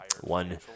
One